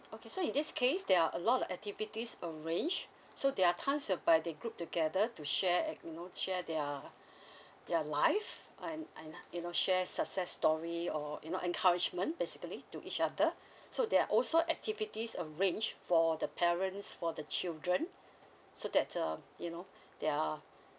okay so in this case there are a lot of activities arranged so there are times by their group together to share you know to share their uh their life and and you know share success story or you know encouragement basically to each other so they're also activities arrange for the parents for the children so that um you know their